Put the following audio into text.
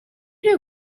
you